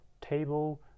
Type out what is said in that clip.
table